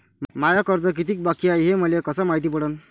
माय कर्ज कितीक बाकी हाय, हे मले कस मायती पडन?